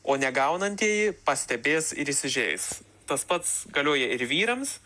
o ne gaunantieji pastebės ir įsižeis tas pats galioja ir vyrams